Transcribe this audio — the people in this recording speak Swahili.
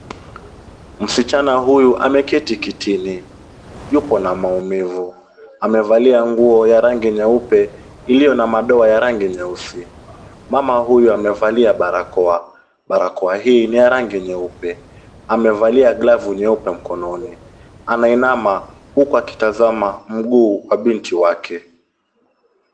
Msichana huyu ameketi kitini yupo na maumivu. Amevalia nguo ya rangi nyeupe iliyo na madoa ya rangi nyeusi. Mama huyu amevalia barakoa, barakoa hii ni ya rangi nyeupe. Amevalia glavu nyeupe mkononi, anainama huku akitazama mguu wa binti wake.